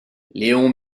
léon